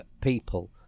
people